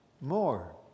more